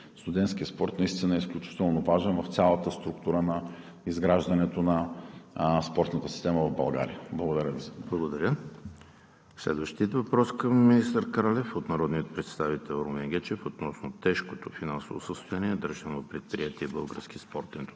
студентският спорт наистина е изключително важен в цялата структура на изграждането на спортната система в България. Благодаря. ПРЕДСЕДАТЕЛ ЕМИЛ ХРИСТОВ: Благодаря. Следващият въпрос към министър Кралев е от народния представител Румен Гечев относно тежкото финансово състояние на Държавното предприятие „Български спортен